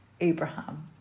Abraham